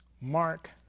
Mark